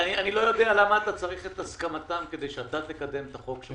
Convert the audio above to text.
יודע למה אתה צריך את הסכמתם כדי שאתה תקדם את החוק.